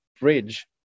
bridge